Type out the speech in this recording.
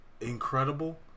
incredible